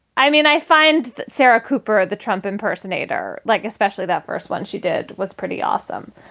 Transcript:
i mean, i find that sarah cooper, the trump impersonator, like especially that first one she did, was pretty awesome.